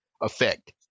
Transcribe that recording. effect